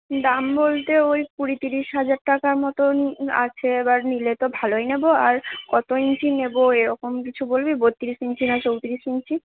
দাম বলতে ওই কুড়ি ত্রিশ হাজার টাকার মতন আছে এবার নিলে তো ভালোই নেব আর কত ইঞ্চি নেব এরকম কিছু বলবি বত্রিশ ইঞ্চি না চৌত্রিশ ইঞ্চি